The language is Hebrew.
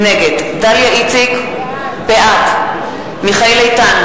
נגד דליה איציק, בעד מיכאל איתן,